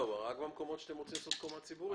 רק במקומות שאתם רוצים לעשות קומה ציבורית.